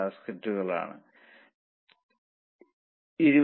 ശരി നിങ്ങൾ മണിക്കൂറുകളുടെ എണ്ണം 1